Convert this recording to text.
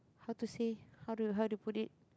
how to say how to how to put it